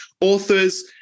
Authors